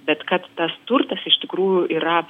bet kad tas turtas iš tikrųjų yra